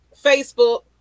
Facebook